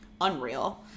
unreal